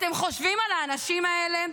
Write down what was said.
אתם חושבים על האנשים האלה?